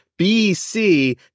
BC